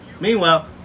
meanwhile